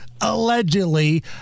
allegedly